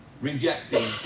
rejecting